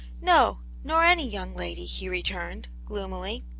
no, nor any young lady, he returned, gloomily.